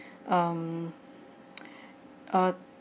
um uh